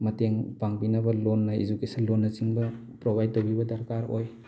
ꯃꯇꯦꯡ ꯄꯥꯡꯕꯤꯅꯕ ꯂꯣꯟꯅ ꯏꯗꯨꯀꯦꯁꯟ ꯂꯣꯟꯅꯆꯤꯡꯕ ꯄ꯭ꯔꯣꯚꯥꯏꯠ ꯇꯧꯕꯤꯕ ꯗꯔꯀꯥꯔ ꯑꯣꯏ